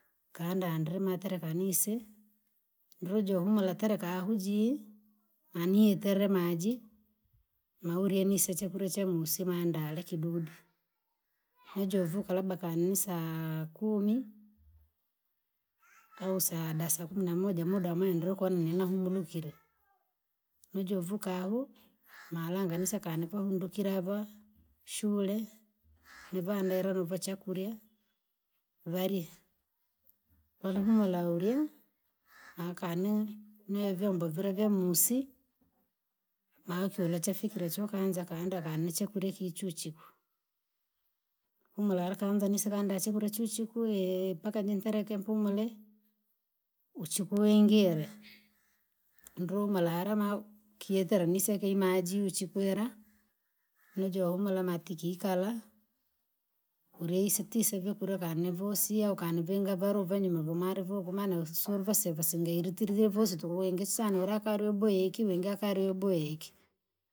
Kanda andri matereka nise? Rujo humura atereka ahu jii nanii iteremaji, maurye nise chakurya chamusi mandale kidudye jujovuka labda kani nisaa kumi, au da saa kumi namoja muda mwe ndrokona ninahumurukire nijovukawu malanga nise akanik undukilva, shule. nivandera nuvachakurya, varye, voulihumura urya nakane nevyombo vila vyamusi, mafila chafikira chokaanza kanda kani chakurya kichu uchiku. Humura rekaanza nisivanda chakurya cha uchiku wee! Mpaka jimpeleke mpumule, uchiku wingi wingire, ndrumu ulala ma ukietera nise ikeyi maji uchiku ira, nijohumura matiki kikala. Urye isitisa vyakura kani vosia ukani ukanivinga valu vanyume vamalivo kumana sulvase vasinge ilitirire vosi tuku wingi sana ulakalubwee ikiwinga akili yobweeki.